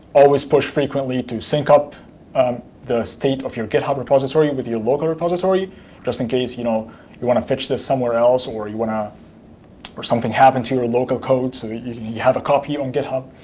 always push frequently to sync up the state of your github repository with your local repository just in case you know you want to fetch this somewhere else, or you want to or something happened to your local code, so you have a copy on github.